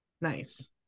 Nice